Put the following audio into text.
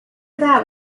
that